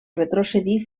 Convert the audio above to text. retrocedir